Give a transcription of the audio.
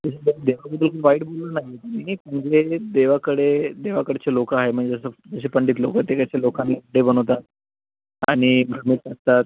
देवाकडे देवाकडचे लोकं आहे म्हणजे असं जसे पंडित लोकं ते काही ते लोकांना हे बनवतात आणि